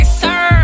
sir